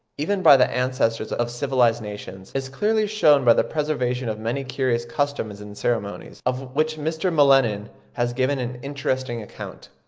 even by the ancestors of civilised nations, is clearly shewn by the preservation of many curious customs and ceremonies, of which mr. m'lennan has given an interesting account.